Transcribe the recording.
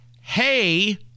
hey